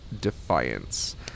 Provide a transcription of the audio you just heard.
Defiance